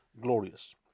glorious